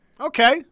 Okay